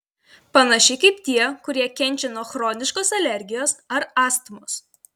panašiai kaip tie kurie kenčia nuo chroniškos alergijos ar astmos